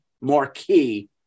marquee